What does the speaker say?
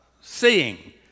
seeing